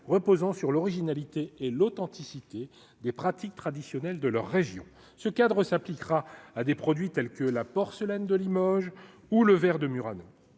reposant sur l'originalité et l'authenticité des pratiques traditionnelles de leur région, ce cadre s'appliquera à des produits tels que la porcelaine de Limoges ou le verre de Murano